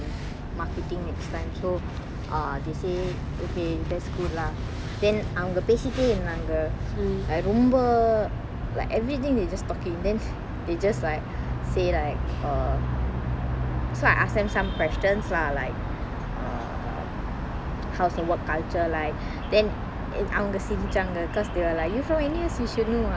so ah they say okay that's cool lah then அவங்க பேசிட்டே இருந்தாங்க:avanga pesitte irunthanga like ரொம்ப:romba like everything they just talking then they just like say like uh so I asked them some questions lah like uh how's the work culture like then அவங்க சிரிச்சாங்க:avanga sirichaanga cause they were like you from N_U_S you should know what